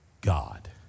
God